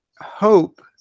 hope